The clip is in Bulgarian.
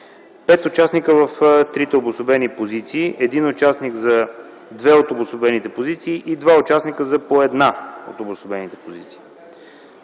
пет участника в трите обособени позиции, един участник за две от обособените позиции и два участника за по една от обособените позиции.